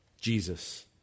Jesus